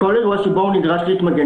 כל אירוע שבו הוא נדרש להתמגן,